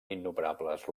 innumerables